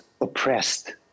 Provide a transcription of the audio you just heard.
oppressed